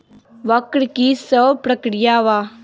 वक्र कि शव प्रकिया वा?